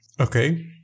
Okay